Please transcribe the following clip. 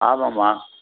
ஆமாம்மா